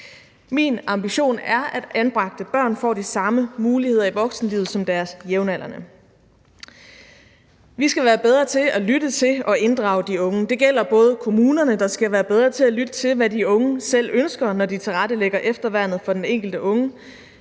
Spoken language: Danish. Min ambition er, at anbragte børn får de samme muligheder i voksenlivet som deres jævnaldrende. Vi skal være bedre til at lytte til og inddrage de unge. Det gælder både kommunerne, der skal være bedre til at lytte til, hvad de unge selv ønsker, når de tilrettelægger efterværnet for den enkelte unge,